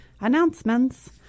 Announcements